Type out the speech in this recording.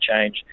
change